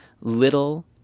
little